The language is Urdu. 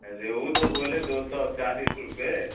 ریہو تو بولے دو سو چالیس روپے